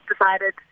decided